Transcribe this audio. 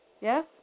yes